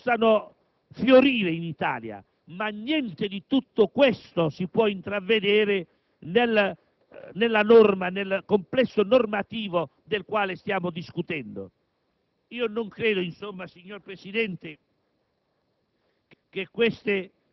Noi auspichiamo che istituti di ricerca possano fiorire in Italia, ma niente di tutto questo si può intravedere nel complesso normativo del quale stiamo discutendo.